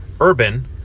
urban